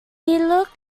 look